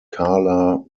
carla